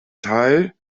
teil